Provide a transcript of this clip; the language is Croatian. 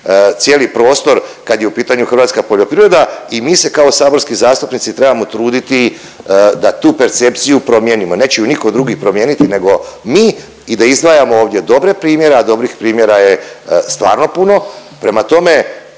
cijeli prostor kad je u pitanju hrvatska poljoprivreda i mi se kao saborski zastupnici trebamo truditi da tu percepciju promijenimo. Neće ju nitko drugi promijeniti nego mi i da izdvajamo ovdje dobre primjere, a dobrih primjera je stvarno puno. Prema tome,